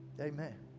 Amen